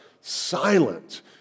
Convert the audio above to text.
Silent